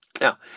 Now